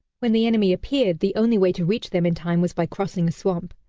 when the enemy appeared the only way to reach them in time was by crossing a swamp.